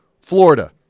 Florida